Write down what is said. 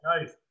nice